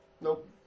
Nope